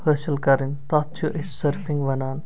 حٲصِل کرٕنۍ تَتھ چھِ أسۍ سٔرفِنگ وَنان